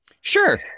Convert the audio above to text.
Sure